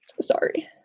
sorry